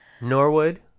norwood